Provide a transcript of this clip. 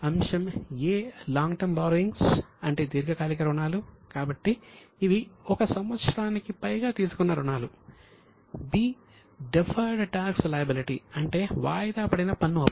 అంశం సంఖ్య 3 దీర్ఘకాలిక అప్పులు అంటే వాయిదాపడిన పన్ను అప్పు